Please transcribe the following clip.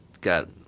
got